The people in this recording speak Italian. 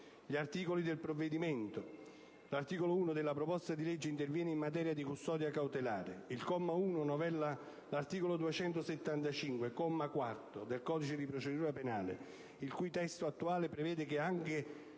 degli articoli del provvedimento. L'articolo 1 interviene in materia di custodia cautelare. Il comma 1 novella l'articolo 275, comma 4, del codice di procedura penale, il cui testo attuale prevede che quando